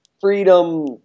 freedom